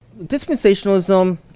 dispensationalism